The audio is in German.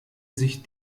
sich